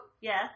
Yes